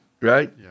right